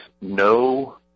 no